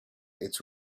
its